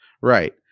Right